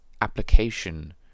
application